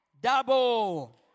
Double